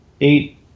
eight